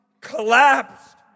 collapsed